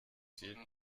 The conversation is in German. jeden